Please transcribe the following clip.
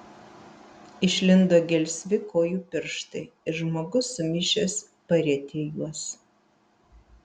išlindo gelsvi kojų pirštai ir žmogus sumišęs parietė juos